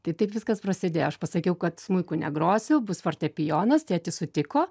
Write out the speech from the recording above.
tai taip viskas prasidėjo aš pasakiau kad smuiku negrosiu bus fortepijonas tėtis sutiko